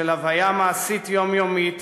של הוויה מעשית יומיומית